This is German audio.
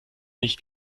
nicht